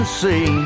see